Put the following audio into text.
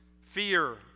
Fear